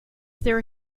there